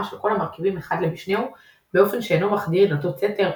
של כל המרכיבים אחד למשנהו באופן שאינו מחדיר דלתות סתר,